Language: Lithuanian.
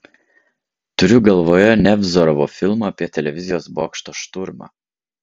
turiu galvoje nevzorovo filmą apie televizijos bokšto šturmą